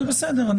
אבל, בסדר.